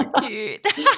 cute